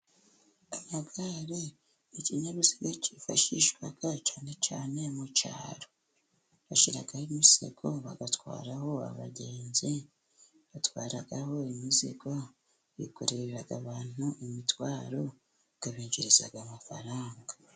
Amagare ni ikinyabiziga cyifashishwala cyane cyane mu cyaro, bashiraho imisego, batwaraho abagenzi, batwaraho imizigo, bikorere abantu imitwaro, bika binjiriza amafaranga.